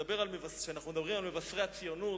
כשאנחנו מדברים על מבשרי הציונות,